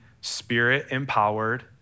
spirit-empowered